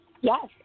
Yes